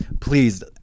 please